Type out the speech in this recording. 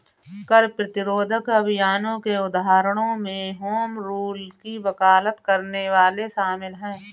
कर प्रतिरोध अभियानों के उदाहरणों में होम रूल की वकालत करने वाले शामिल हैं